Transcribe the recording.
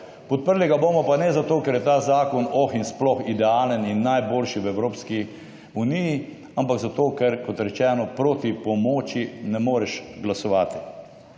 Podprli ga bomo pa ne zato, ker je ta zakon oh in sploh idealen in najboljši v Evropski uniji, ampak zato, ker, kot rečeno, proti pomoči ne moreš glasovati.